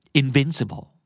invincible